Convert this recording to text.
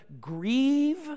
grieve